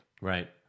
Right